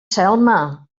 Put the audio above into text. selma